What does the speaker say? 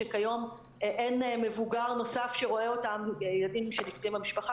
שכיום אין מבוגר נוסף שרואה אותם ילדים שנפגעים במשפחה,